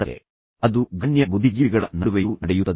ಆದ್ದರಿಂದ ಅದು ಗಣ್ಯ ಬುದ್ಧಿಜೀವಿಗಳ ನಡುವೆಯೂ ನಡೆಯುತ್ತದೆ